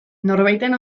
norbaiten